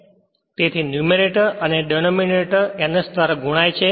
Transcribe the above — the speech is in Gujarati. તેથી ન્યૂમરેટર અને ડેનોમીનેટર ns ધ્વારા ગુણાય છે